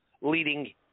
leading